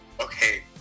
okay